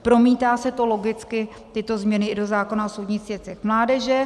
Promítá se to logicky, tyto změny, i do zákona o soudních věcech mládeže.